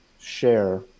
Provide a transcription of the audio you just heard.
share